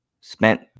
spent